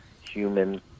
human